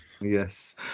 Yes